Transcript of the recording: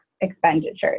expenditures